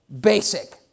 basic